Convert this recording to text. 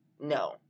No